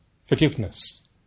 Forgiveness